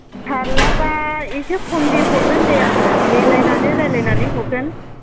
फारलाबा एसे खमनि हरगोन दे आङो मिलायनानै रायज्लायनानै हरगोन